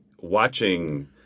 watching